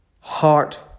heart